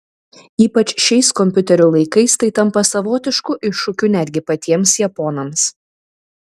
ypač šiais kompiuterių laikais tai tampa savotišku iššūkiu netgi tiems patiems japonams